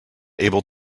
able